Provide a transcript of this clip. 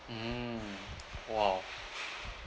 mm !wow!